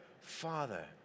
Father